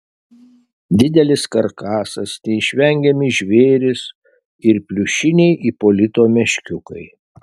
didelis karkasas neišvengiami žvėrys ir pliušiniai ipolito meškiukai